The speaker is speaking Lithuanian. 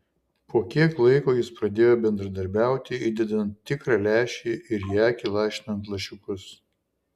po kiek laiko jis pradėjo bendradarbiauti įdedant tikrą lęšį ir į akį lašinant lašiukus